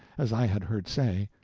as i had heard say,